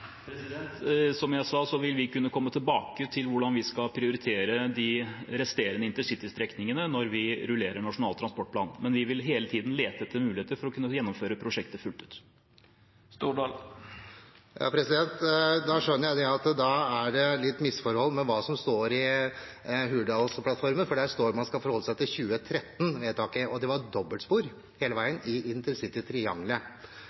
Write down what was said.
Som jeg sa, vil vi kunne komme tilbake til hvordan vi skal prioritere de resterende intercitystrekningene når vi rullerer Nasjonal transportplan, men vi vil hele tiden lete etter muligheter for å kunne gjennomføre prosjektet fullt ut. Da skjønner jeg at det er et lite misforhold i det som står i Hurdalsplattformen, for der står det at man skal forholde seg til 2013-vedtaket, og det var dobbeltspor hele